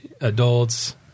adults